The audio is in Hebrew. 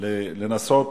לנסות